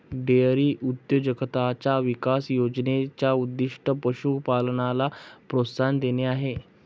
dairy उद्योजकताचा विकास योजने चा उद्दीष्ट पशु पालनाला प्रोत्साहन देणे आहे